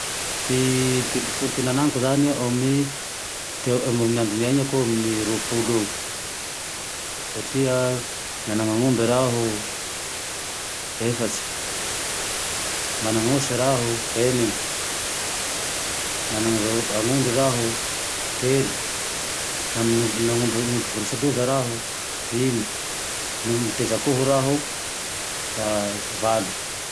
Ty biby fiompina anamiko zane, eo amy teo amy andro niaina ko eo amy roapoly eo. Satria nanany omby raho efatsy, mana aosy raho enine, nanane vao aondre raho telo, nan-niompy voritsiloza raho dimy, nony niteza akoho raho valo